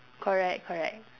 correct correct